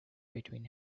between